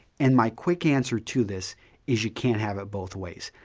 and my quick answer to this is you can have it both ways.